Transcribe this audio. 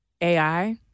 AI